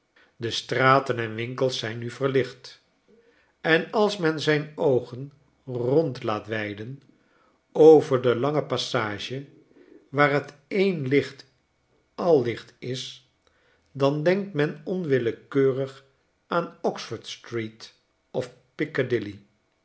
de straten en winkels zijn nu verlicht en als men zijn oogen rond laat weiden over de lange passage waar t a licht al licht is dan denkt men onwillekeurig aan oxford street of